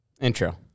intro